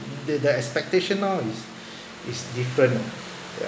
the the expectation now is is different yup